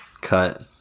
cut